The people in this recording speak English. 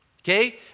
Okay